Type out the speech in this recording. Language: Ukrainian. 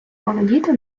володіти